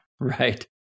Right